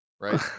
right